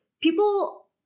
people